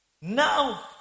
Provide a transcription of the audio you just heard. Now